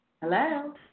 Hello